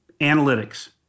analytics